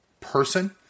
person